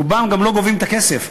רובם גם לא גובים את הכסף,